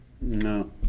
No